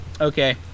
Okay